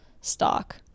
stock